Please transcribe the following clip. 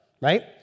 right